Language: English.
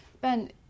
Ben